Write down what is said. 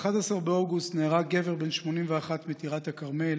ב-11 באוגוסט נהרג גבר בן 81 מטירת הכרמל